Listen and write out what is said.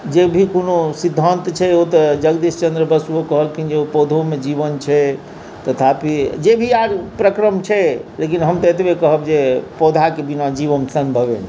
जे भी कोनो सिद्धान्त छै ओ तऽ जगदीश चन्द्र बसुओ कहलखिन जे पौधोमे जीवन छै तथापि जे भी आर प्रक्रम छै लेकिन हम तऽ एतबे कहब जे पौधाके बिना जीवन सम्भवे नहि छै